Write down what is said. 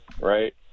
right